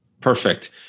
Perfect